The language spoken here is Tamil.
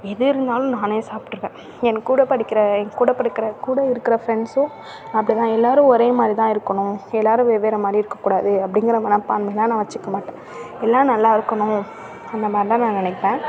எது இருந்தாலும் நானே சாப்பிட்ருவேன் என்கூட படுக்கிற என்கூட படிக்கிற கூட இருக்கிற ஃப்ரெண்ட்ஸும் அப்படி தான் எல்லாருமே ஒரே மாதிரி தான் இருக்கணும் எல்லாரும் வெவ்வேறு மாதிரி இருக்கக்கூடாது அப்டிங்கிற மனப்பான்மைலாம் நான் வச்சிக்க மாட்டேன் எல்லா நல்லா இருக்கணும் அந்த மாரி தான் நான் நெனைப்பேன்